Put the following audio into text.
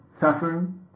suffering